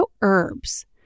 herbs